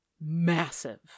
massive